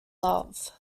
love